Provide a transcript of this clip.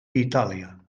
itàlia